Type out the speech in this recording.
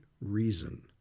reason